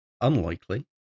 unlikely